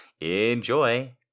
enjoy